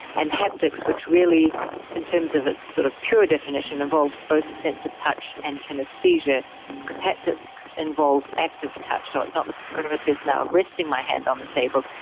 and haptics, which really in terms of its sort of pure definition involves both the sense of touch and kinaesthesia because haptics involves active touch, so it's not the process now of resting my hand on the table,